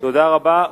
תודה רבה.